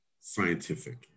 scientific